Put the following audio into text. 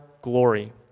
glory